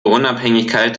unabhängigkeit